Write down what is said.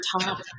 top